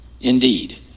Indeed